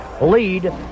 lead